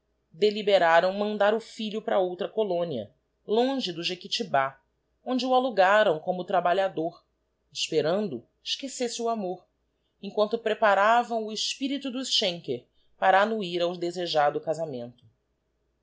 deliberaram mandar o filho para outra colónia longe do jequitibá onde o alugaram como trabalhador esperando esquecesse o amor emquanto preparavam o espirito dos schenker para annuir ao desejado casamento